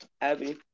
Abby